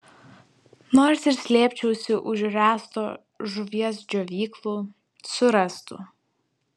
nors ir slėpčiausi už ręsto žuvies džiovyklų surastų